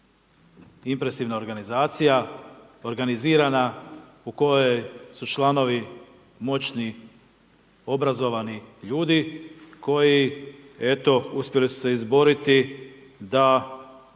impresivna organizacija, organizirana u kojoj su članovi moćni obrazovani ljudi koji eto uspjeli su se izboriti da